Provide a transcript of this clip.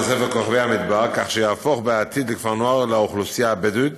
כך שיהפוך בעתיד לכפר נוער לאוכלוסייה הבדואית